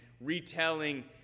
retelling